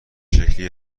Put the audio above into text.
شکلی